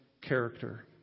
character